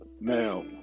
Now